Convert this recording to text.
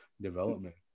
development